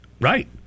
right